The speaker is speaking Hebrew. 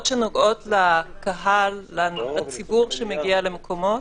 שנוגעות לקהל, לציבור שמגיע למקומות,